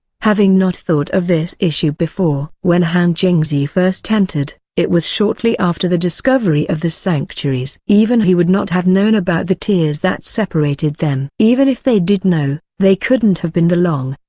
having not thought of this issue before. when han jingzhi first entered, it was shortly after the discovery of the sanctuaries. even he would not have known about the tiers that separated them. even if they did know, they couldn't have been there long,